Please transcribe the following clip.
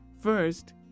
First